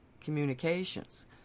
communications